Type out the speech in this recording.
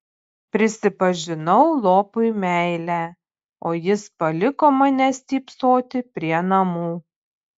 prisipažinau lopui meilę o jis paliko mane stypsoti prie namų